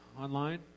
online